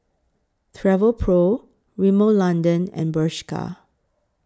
Travelpro Rimmel London and Bershka